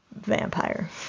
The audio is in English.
vampire